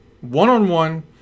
one-on-one